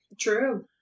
True